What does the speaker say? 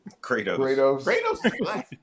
Kratos